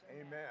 Amen